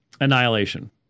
annihilation